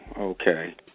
Okay